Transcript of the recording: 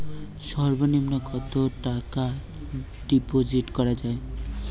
সর্ব নিম্ন কতটাকা ডিপোজিট করা য়ায়?